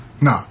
No